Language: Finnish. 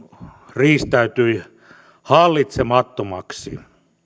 riistäytyi hallitsemattomaksi